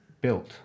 built